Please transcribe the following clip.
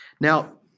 Now